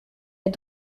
est